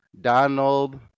Donald